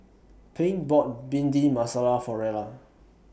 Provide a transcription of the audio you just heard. Pink bought Bhindi Masala For Rella